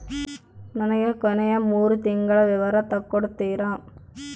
ನನಗ ಕೊನೆಯ ಮೂರು ತಿಂಗಳಿನ ವಿವರ ತಕ್ಕೊಡ್ತೇರಾ?